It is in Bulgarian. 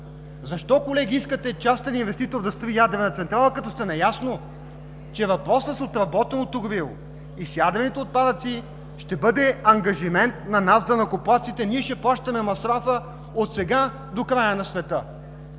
защо, колеги, искате частен инвеститор да строи ядрена централа, като сте наясно, че въпросът с отработеното гориво и с ядрените отпадъци ще бъде ангажимент на нас, данъкоплатците, че ние ще плащаме масрафа от сега до края на света?!